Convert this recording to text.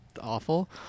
Awful